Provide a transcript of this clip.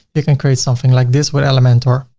you can create something like this with elementor,